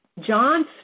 John